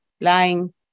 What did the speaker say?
lying